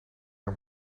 een